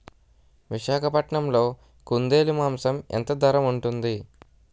విశాఖపట్నంలో కుందేలు మాంసం ఎంత ధర ఉంటుంది?